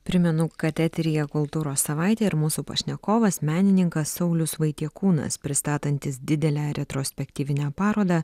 primenu kad eteryje kultūros savaitė ir mūsų pašnekovas menininkas saulius vaitiekūnas pristatantis didelę retrospektyvinę parodą